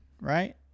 right